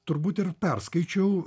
turbūt ir perskaičiau